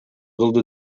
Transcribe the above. кылды